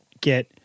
get